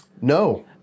No